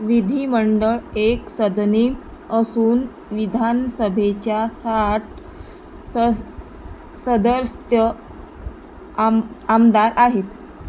विधीमंडळ एक सदनी असून विधानसभेच्या साठ स सदस्य आम आमदार आहेत